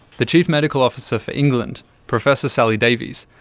the chief medical officer for england, professor sally davies,